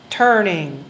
turning